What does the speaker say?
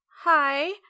hi